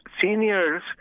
seniors